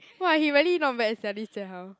!wah! he really not bad sia this Jie-Hao